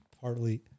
partly